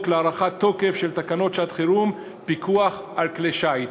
להארכת תוקף של תקנות שעת-חירום (פיקוח על כלי שיט).